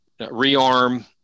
REARM